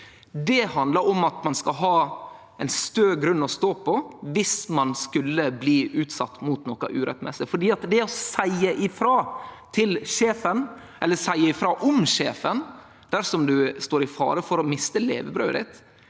Det handlar om at ein skal ha ein stø grunn å stå på dersom ein skulle bli utsett for noko urettmessig. For å seie ifrå til sjefen, eller seie ifrå om sjefen, dersom du står i fare for å miste levebrødet,